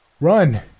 Run